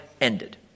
ended